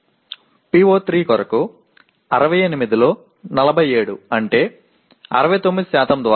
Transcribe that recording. PO3 ஐப் பொறுத்தவரை 68 இல் 47 என்பது மேப்பிங் வலிமையின் மூலம் 69 ஆகும்